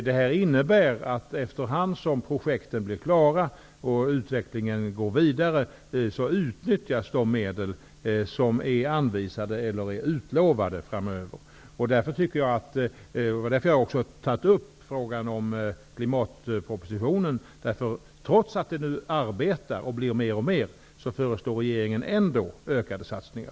Det här innebär att efter hand som projekten blir klara och utvecklingen går vidare utnyttjas de medel som är anvisade eller utlovade framöver. Det var därför jag också tog upp frågan om klimatpropositionen. Trots att man nu arbetar och når allt bättre resultat föreslår regeringen ökade satsningar.